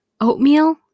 Oatmeal